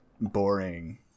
boring